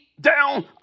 down